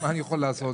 מה אני יכול לעשות?